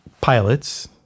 pilots –